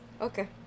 okay